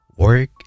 Work